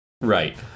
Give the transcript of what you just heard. Right